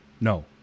No